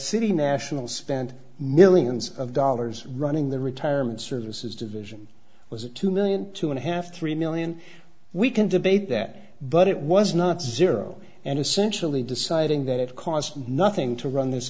city national spent millions of dollars running the retirement services division was it two million two and a half three million we can debate that but it was not zero and essentially deciding that it cost nothing to run this